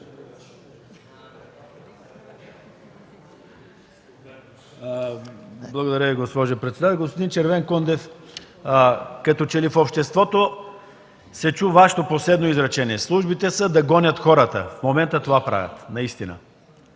Благодаря Ви, госпожо председател. Господин Червенкондев, като че ли в обществото се чу Вашето последно изречение: службите са да гонят хората. В момента това правят наистина.